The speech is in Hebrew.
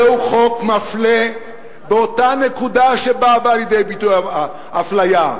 זהו חוק מפלה באותה נקודה שבה באה לידי ביטוי האפליה.